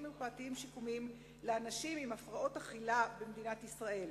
מרפאתיים שיקומיים לאנשים עם הפרעות אכילה במדינת ישראל.